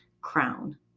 crown